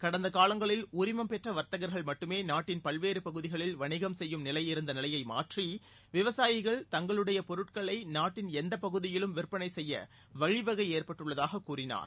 கடந்த காலங்களில் உரிமம் பெற்ற வர்த்தகர்கள் மட்டுமே நாட்டின் பல்வேறு பகுதிகளில் வணிகம் செய்யும் நிலை இருந்த நிலையை மாற்றி விவசாயிகள் தங்களுடைய பொருட்களை நாட்டின் எந்தப் பகுதியிலும் விற்பனை செய்ய வழி வகை ஏற்பட்டுள்ளதாக அவர் கூறினார்